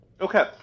Okay